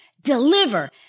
deliver